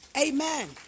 Amen